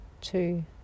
two